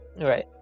right